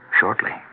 shortly